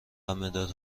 مداد